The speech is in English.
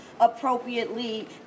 appropriately